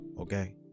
okay